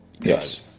Yes